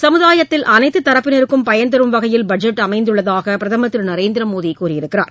சமுதாயத்தில் அனைத்து தரப்பினருக்கும் பயன்தரும் வகையில் பட்ஜெட் அமைந்துள்ளதாக பிரதமர் திரு நரேந்திரமோடி கூறியிருக்கிறார்